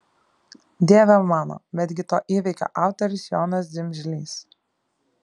dieve mano betgi to įvykio autorius jonas dimžlys